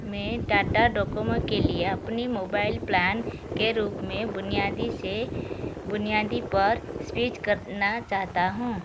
मैं टाटा डोकोमो के लिया अपने मोबाइल प्लान के रूप में बुनियादी से बुनियादी पर स्विच करना चाहता हूँ